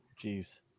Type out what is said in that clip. Jeez